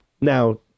now